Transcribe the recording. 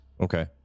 Okay